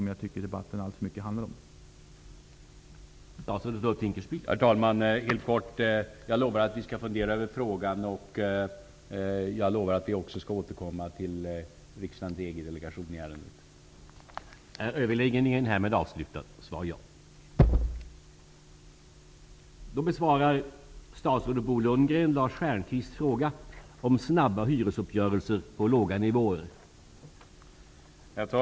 Jag tycker att debatten alltför mycket handlar om att göra det.